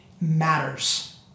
matters